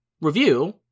review